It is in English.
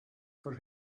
for